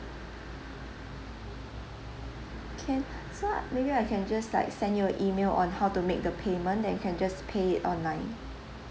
can so I maybe I can just like send you a email on how to make the payment then you can just pay it online